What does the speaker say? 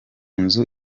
nzu